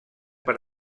per